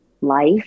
life